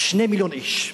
2 מיליון איש.